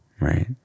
right